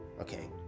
okay